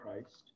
Christ